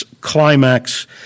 climax